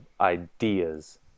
ideas